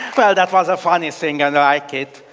well, that was a funny thing, and i like it,